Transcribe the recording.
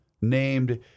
named